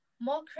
More